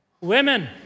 Women